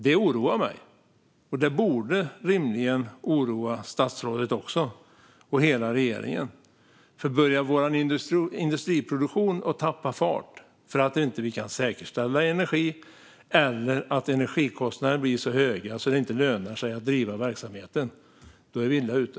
Det oroar mig, och det borde rimligen också oroa statsrådet och hela regeringen. Börjar vår industriproduktion att tappa fart för att vi inte kan säkerställa energi, eller att energikostnaderna blir så höga att det inte lönar sig att driva verksamheten, är vi illa ute.